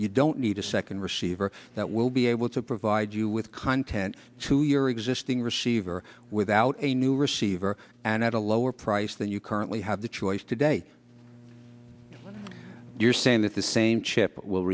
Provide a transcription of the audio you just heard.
you don't need a second receiver that will be able to provide you with content to your existing receiver without a new receiver and at a lower price than you currently have the choice today you're saying that the same chip will